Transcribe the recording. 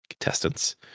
contestants